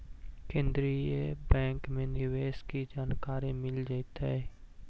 केन्द्रीय बैंक में निवेश की जानकारी मिल जतई